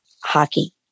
hockey